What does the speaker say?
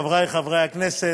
חברי חברי הכנסת,